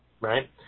right